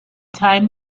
time